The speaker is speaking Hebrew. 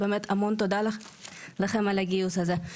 באמת המון תודה לכם על הגיוס הזה.